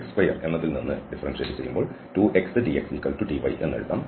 yx2 എന്നതിൽ നിന്ന് 2xdxdy എന്ന് എഴുതാം